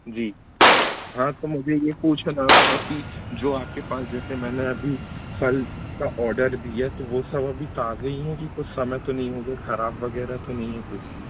जी हाँ तो मुझे यह पूछना रहा कि जो आपके पास जैसे मैंने अभी फल का ऑडर दिया तो वह सब अभी ताजे़ ही हैं कि कुछ समय तो नहीं हो गया खराब वगैरह तो नहीं होएगी